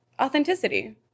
authenticity